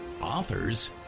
authors